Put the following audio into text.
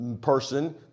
person